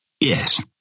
Yes